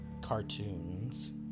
cartoons